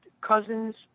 cousins